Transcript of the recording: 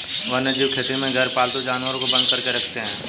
वन्यजीव खेती में गैरपालतू जानवर को बंद करके रखते हैं